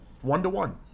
one-to-one